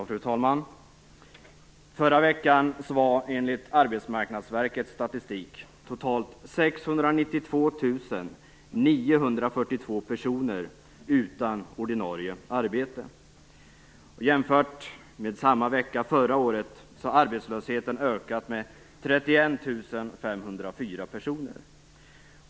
Fru talman! Förra veckan var enligt Arbetsmarknadsverkets statistik totalt 692 942 personer utan ordinarie arbete. Jämfört med samma vecka förra året har arbetslösheten ökat med 31 504 personer.